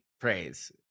praise